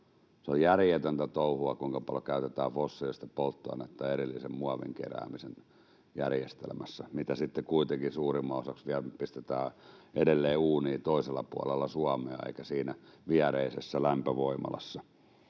Se on järjetöntä touhua, kuinka paljon käytetään fossiilista polttoainetta erillisen muovin keräämisen järjestelmässä, mitä sitten kuitenkin suurimmaksi osaksi vielä pistetään edelleen uuniin toisella puolella Suomea eikä siinä viereisessä lämpövoimalassa.